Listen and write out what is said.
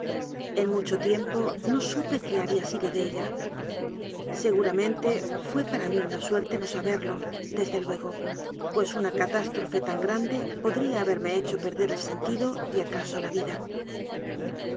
en mucho tiempo no supe qué había sido de ella se guramente fué para mí una suerte no saberlo des de luego pues una catástrofe tan grande podría haberme hecho perder el sentido y acaso la vida